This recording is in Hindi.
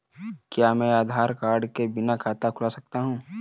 क्या मैं आधार कार्ड के बिना खाता खुला सकता हूं?